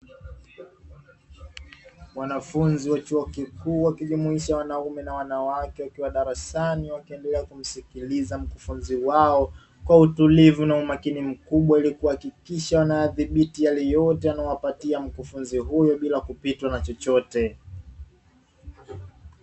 Wanafunzi wa chuo kikuu wakijumuisha wanaume na wanawake wakiwa darasani wakiendelea kumsikiliza mkufunzi wao kwa utulivu na umakini mkubwa, ili kuhakikisha wanaadhibiti yale yote yanayowapatia mkufunzi huyu bila kupitwa na chochote.